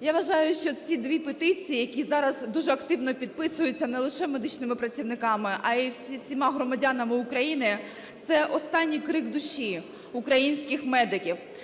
Я вважаю, що ці дві петиції, які зараз дуже активно підписуються не лише медичними працівниками, а і всіма громадянами України – це останній крик душі українських медиків.